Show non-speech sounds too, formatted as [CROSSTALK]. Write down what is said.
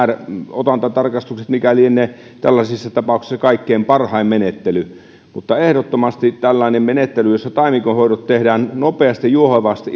otantatarkastukset mikä lienee tällaisissa tapauksissa se kaikkein parhain menettely mutta ehdottomasti tällainen menettely jossa taimikon hoidot tehdään nopeasti juohevasti [UNINTELLIGIBLE]